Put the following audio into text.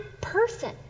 person